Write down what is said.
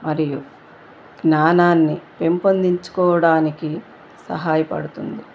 మరియు జ్ఞానాన్ని పెంపొందించుకోవడానికి సహాయపడుతుంది